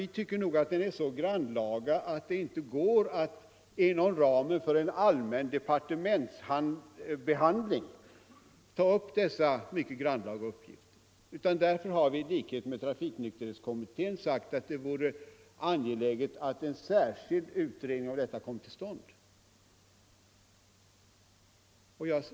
Vi tycker att den är så grannlaga att det inte är möjligt att genomföra den inom ramen för en allmän departementsbehandling. Därför har vi i likhet med trafiknykterhetskommittén sagt att det vore angeläget att det kom till stånd en särskild utredning om detta.